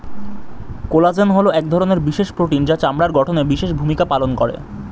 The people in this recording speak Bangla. কোলাজেন হলো এক ধরনের বিশেষ প্রোটিন যা চামড়ার গঠনে বিশেষ ভূমিকা পালন করে